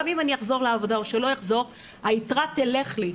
גם אם אני אחזור או שלא אחזור, היתרה תלך לי.